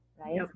Right